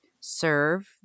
serve